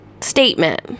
statement